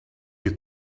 you